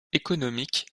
économique